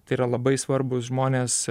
tai yra labai svarbūs žmonės